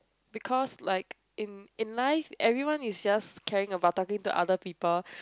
because like in in life everyone is just caring about talking to other people